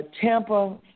Tampa